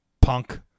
punk